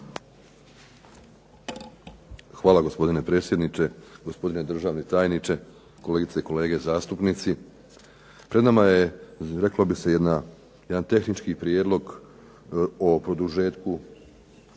Hvala gospodine predsjedniče, gospodine državni tajniče, kolegice i kolege zastupnici. Pred nama je, reklo bi se, jedan tehnički prijedlog o produžetku